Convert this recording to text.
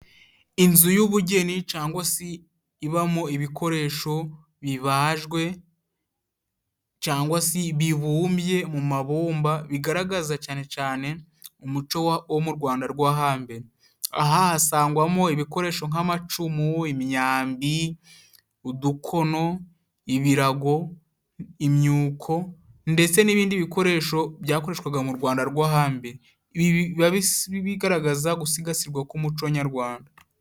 Inzu y'ubugeni, cangwa si ibamo ibikoresho bibajwe, cangwa si bibumbye mu mabumba, bigaragaza cane cane umuco wo mu Rwanda rwo hambere. Aha hasangwamo ibikoresho nk'amacumu, imyambi, udukono, ibirago, imyuko, ndetse n'ibindi bikoresho byakoreshwaga mu Rwanda rwo hambere. Ibi biba bigaragaza gusigasirwa k'umuco nyarwanda.